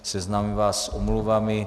Seznámím vás s omluvami.